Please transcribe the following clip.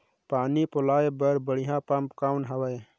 पानी पलोय बर बढ़िया पम्प कौन हवय?